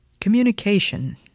Communication